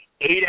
eight